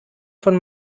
von